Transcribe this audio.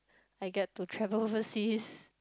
I get to travel overseas